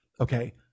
Okay